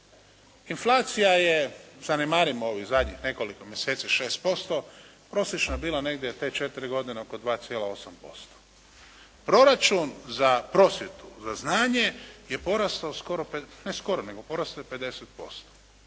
Inflacija je, zanemarimo ovih zadnjih nekoliko mjeseci 6%, prosječno bila negdje te četiri godine oko 2,8%. Proračun za prosvjetu za znanje je porastao skoro, ne skoro nego porastao je 50%.